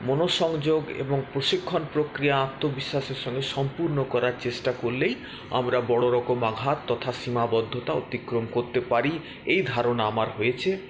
মনোসংযোগ এবং প্রশিক্ষণ প্রক্রিয়া আত্মবিশ্বাসের সঙ্গে সম্পূর্ণ করার চেষ্টা করলেই আমরা বড়ো রকম আঘাত তথা সীমাবদ্ধতা অতিক্রম করতে পারি এই ধারণা আমার হয়েছে